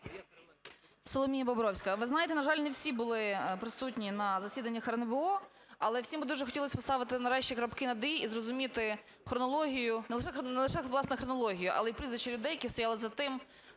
Соломія Бобровська. Ви знаєте, на жаль, не всі були присутні на засіданнях РНБО, але всім би дуже хотілось поставити крапки над "і" і зрозуміти хронологію, не лише, власне, хронологію, але й прізвища людей, які стояли за тим,